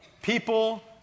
People